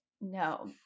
No